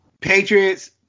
Patriots